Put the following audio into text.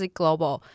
global